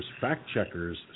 fact-checkers